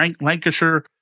Lancashire